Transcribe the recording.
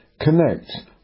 Connect